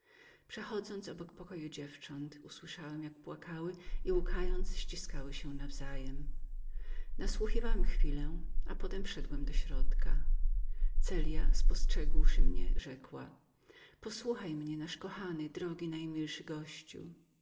przechodząc obok pokoju młodych dziewcząt usłyszałem jak płakały i łkając ściskały się nawzajem zatrzymałem się na chwilę celja spostrzegła mnie i zawołała posłuchaj mnie nasz kochany drogi najmilszy gościu